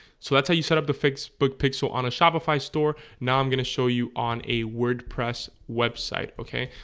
so that's how you set up the fix book pixel on a shopify store now. i'm gonna show you on a wordpress website okay,